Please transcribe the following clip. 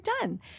done